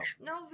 No